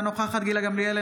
אינה נוכחת גילה גמליאל,